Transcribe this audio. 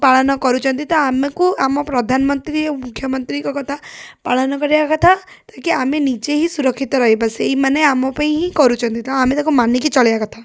ପାଳନ କରୁଛନ୍ତି ତ ଆମକୁ ଆମ ପ୍ରଧାନମନ୍ତ୍ରୀ ଓ ମୁଖ୍ୟମନ୍ତ୍ରୀଙ୍କ କଥା ପାଳନ କରିବା କଥା ତାକି ଆମେ ନିଜେ ହିଁ ସୁରକ୍ଷିତ ରହିବା ସେଇ ମାନେ ଆମ ପାଇଁ ହିଁ କରୁଛନ୍ତି ତ ଆମେ ତାକୁ ମାନିକି ଚଳିବା କଥା